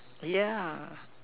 yeah